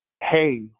Hey